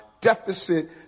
deficit